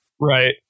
Right